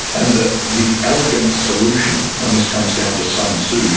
and the the elegant solution, and this comes down to sun tzu,